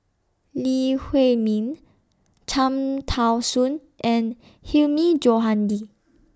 Lee Huei Min Cham Tao Soon and Hilmi Johandi